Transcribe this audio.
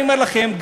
אני אומר לכם,